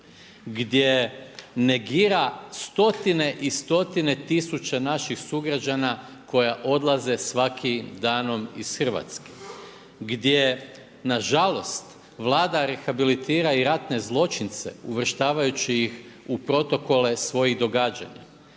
Gdje negira stotine i stotine tisuća naših sugrađana koja odlaze svakim danom iz Hrvatske. Gdje nažalost, Vlada rehabilitira i ratne zločince uvrštavajući ih u protokole svojih događanja.